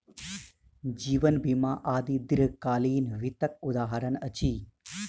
जीवन बीमा आदि दीर्घकालीन वित्तक उदहारण अछि